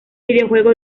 videojuego